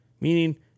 Meaning